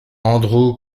andrzej